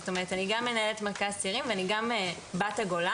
זאת אומרת אני גם מנהלת מרכז צעירים ואני גם בת הגולן,